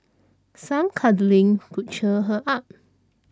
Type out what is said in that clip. some cuddling could cheer her up